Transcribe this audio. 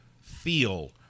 feel